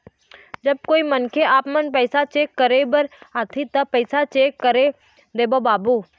जब कोई मनखे आपमन पैसा चेक करे बर आथे ता पैसा चेक कर देबो बाबू?